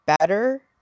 better